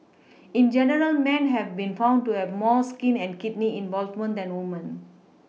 in general men have been found to have more skin and kidney involvement than women